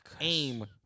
AIM